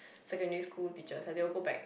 secondary school teachers like they will go back